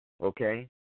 okay